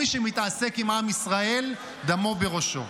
מי שמתעסק עִם עַם ישראל, דמו בראשו.